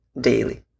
daily